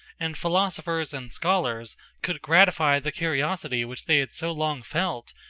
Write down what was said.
and philosophers and scholars could gratify the curiosity which they had so long felt,